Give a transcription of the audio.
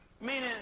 Meaning